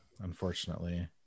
unfortunately